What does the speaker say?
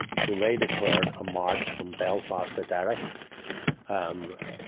so, they declared a march from belfast to derry, um.